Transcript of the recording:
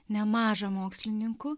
nemaža mokslininkų